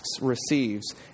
receives